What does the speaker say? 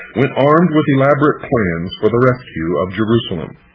went armed with elaborate plans for the rescue of jerusalem.